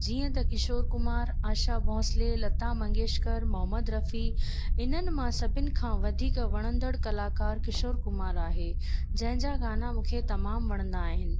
जीअं त किशोर कुमार आशा भोसले लता मंगेश्कर मोम्मद रफ़ी इन्हनि मां सभिनि खां वधीक वणंदड़ कलाकार किशोर कुमार आहे जंहिंजा गाना मूंखे तमामु वणंदा आहिनि